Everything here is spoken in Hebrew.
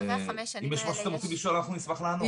אם אתם רוצים לשאול משהו אנחנו נשמח לענות.